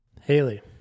Haley